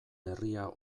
herria